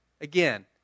Again